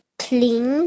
clean